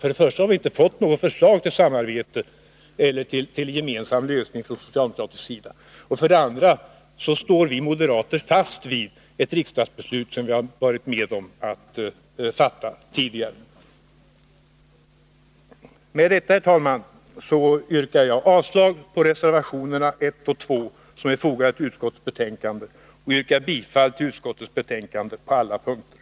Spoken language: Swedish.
För det första har vi inte fått något förslag till gemensam lösning från socialdemokratisk sida. För det andra står vi moderater fast vid ett riksdagsbeslut som vi tidigare har varit med om att fatta. Med detta, herr talman, yrkar jag avslag på reservationerna 1 och 2 som är fogade till utskottsbetänkandet och bifall till utskottets hemställan på alla punkter.